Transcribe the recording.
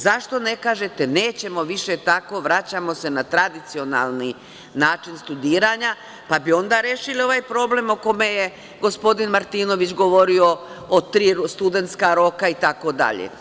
Zašto ne kažete – nećemo više tako, vraćamo se na tradicionalni način studiranja, pa bi onda rešili ovaj problem o kome je gospodin Martinović govorio, o tri studentska roka itd.